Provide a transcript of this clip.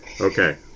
Okay